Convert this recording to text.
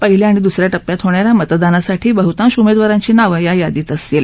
पहिल्या आणि दुसऱ्या टप्प्यात होणाऱ्या मतदानासाठी बहुतांश उमेदवारांची नावे या यादीत असतील